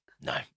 no